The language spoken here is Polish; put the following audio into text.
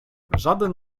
żaden